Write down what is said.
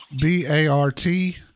B-A-R-T